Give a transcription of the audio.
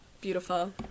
Beautiful